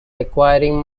requiring